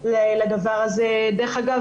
יישומי לדבר הזה דרך אגב,